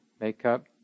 makeup